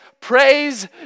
praise